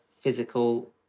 physical